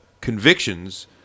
convictions